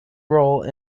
role